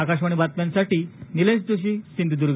आकाशवाणी बातम्यांसाठी निलेश जोशी सिंधुदूर्ग